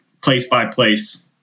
place-by-place